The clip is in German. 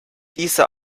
diese